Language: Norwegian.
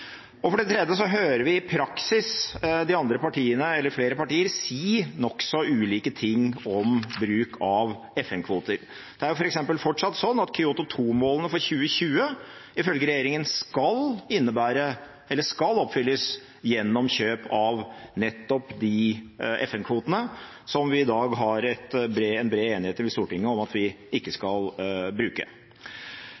For det tredje hører vi i praksis de andre partiene – eller flere partier – si nokså ulike ting om bruk av FN-kvoter. Det er f.eks. fortsatt sånn at Kyoto 2-målene for 2020 ifølge regjeringen skal oppfylles gjennom kjøp av nettopp de FN-kvotene som vi i dag har en bred enighet i Stortinget om at vi ikke skal bruke.